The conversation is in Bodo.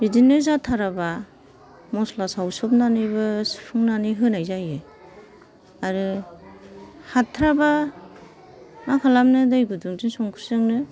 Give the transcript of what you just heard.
बिदिनो जाथाराबा मस्ला सावसबनानैबो सुफुंनानै होनाय जायो आरो हाथाराबा मा खालामनो दै गुदुंजों संख्रिजोंनो